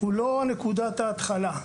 הוא לא נקודת ההתחלה.